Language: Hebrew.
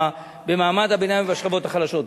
במעמד הביניים ובשכבות החלשות.